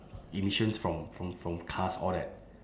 emissions from from from cars all that